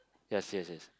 yes yes yes